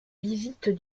visites